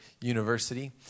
university